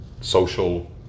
social